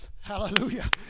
hallelujah